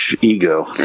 ego